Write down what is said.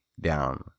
down